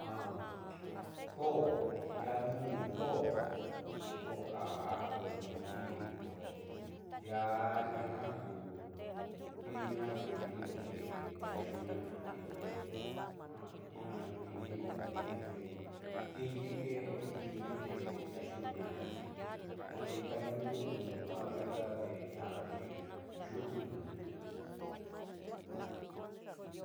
Koondiaa nuun ko'o ko'o kaa koó diki koo ndiaati jiaa ku kuinindo xi daayuuna'ati xi ñaa a kuinindo ti xi kiiyi keeti kiiyi te daayuuña'ati te viika nuu lu'uliundo a viika te ña'axi yuundoti.